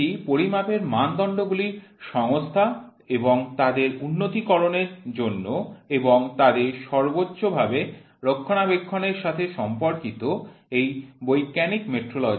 এটি পরিমাপের মানদণ্ডগুলির সংস্থা এবং তাদের উন্নতিকরণের জন্য এবং তাদের সর্বোচ্চ ভাবে রক্ষণাবেক্ষণ এর সাথে সম্পর্কিত এই বৈজ্ঞানিক মেট্রোলজি